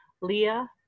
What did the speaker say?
Leah